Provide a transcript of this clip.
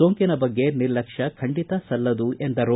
ಸೋಂಕಿನ ಬಗ್ಗೆ ನಿರ್ಲಕ್ಷ್ಮ ಖಂಡಿತ ಸಲ್ಲದು ಎಂದರು